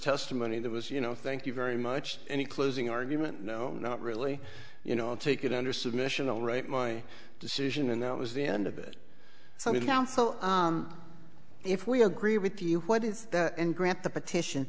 testimony that was you know thank you very much any closing argument no not really you know i'll take it under submission all right my decision and that was the end of it so i mean how so if we agree with you what is that and grant the petition